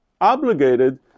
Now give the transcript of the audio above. obligated